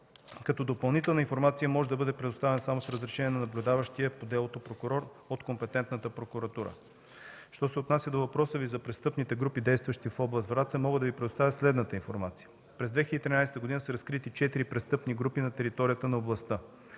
Допълнителна информация може да бъде предоставена само с разрешение на наблюдаващия по делото прокурор от компетентната прокуратура. Що се отнася до въпроса Ви за престъпните групи, действащи в област Враца, мога да Ви предоставя следната информация: През 2013 г. са разкрити 4 престъпни групи на територията на област